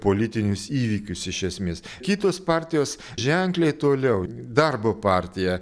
politinius įvykius iš esmės kitos partijos ženkliai toliau darbo partija